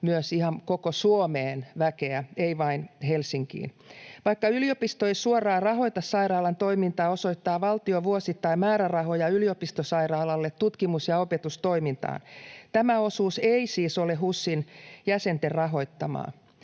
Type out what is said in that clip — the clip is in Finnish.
myös ihan koko Suomeen väkeä, ei vain Helsinkiin. Vaikka yliopisto ei suoraan rahoita sairaalan toimintaa, osoittaa valtio vuosittain määrärahoja yliopistosairaalalle tutkimus- ja opetustoimintaan. Tämä osuus ei siis ole HUSin jäsenten rahoittamaa.